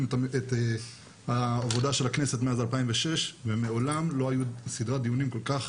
את העבודה של הכנסת מאז 2006 ומעולם לא היו סדרת דיונים כל כך